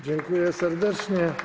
Dziękuję serdecznie.